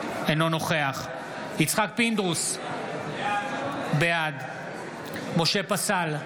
אינו נוכח יצחק פינדרוס, בעד משה פסל,